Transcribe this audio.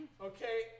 Okay